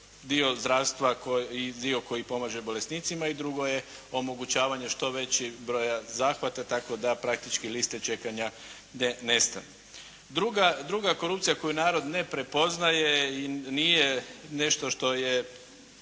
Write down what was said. dio zdravstva i dio koji pomaže bolesnicima i drugo je omogućavanje što većeg broja zahvata, tako da praktički liste čekanja nestanu. Druga korupcija koju narod ne prepoznaje i nije nešto što je